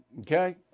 Okay